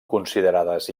considerades